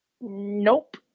Nope